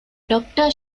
ޑޮކްޓަރ